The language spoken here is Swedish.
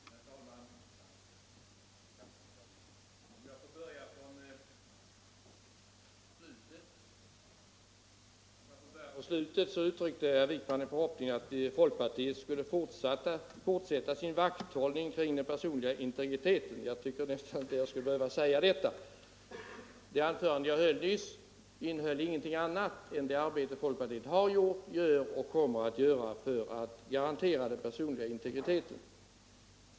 Herr talman! Jag börjar från slutet: Herr Wijkman uttryckte en för 159 hoppning om att folkpartiet skulle fortsätta sin vakthållning kring den personliga integriteten. Jag tycker knappast att jag skulle behöva säga att det är självklart. Det anförande jag höll nyss handlade inte om någonting annat än vad folkpartiet har gjort, gör och kommer att göra för att garantera den personliga integriteten.